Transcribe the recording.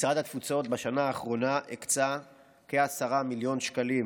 משרד התפוצות בשנה האחרונה הקצה סיוע הומניטרי של כ-10 מיליון שקלים,